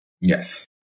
Yes